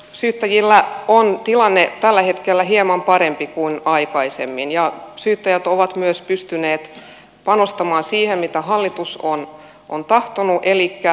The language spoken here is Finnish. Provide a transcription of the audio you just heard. syyttäjillä on tilanne tällä hetkellä hieman parempi kuin aikaisemmin ja syyttäjät ovat myös pystyneet panostamaan siihen mitä hallitus on tahtonut elikkä talousrikosasioihin